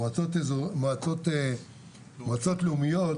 מועצות לאומיות